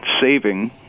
saving